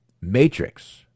Matrix